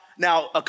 Now